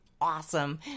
awesome